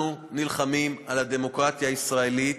אנחנו נלחמים על הדמוקרטיה הישראלית.